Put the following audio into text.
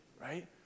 right